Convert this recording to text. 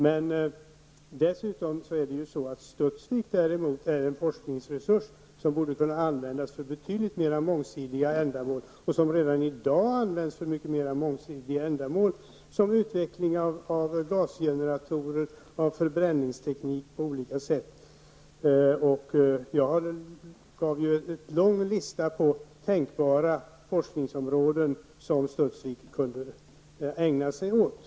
Studsvik är däremot en forskningsresurs som redan i dag används för betydligt mer mångsidiga ändamål, såsom utveckling av gasgeneratorer och förbränningsteknik. Det borde kunna ske i ännu större utsträckning. Jag har en lång lista på goda forskningsområden som Studsvik kunde ägna sig åt.